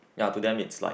ya to them it's like